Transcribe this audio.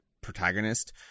protagonist